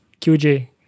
QJ